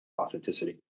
authenticity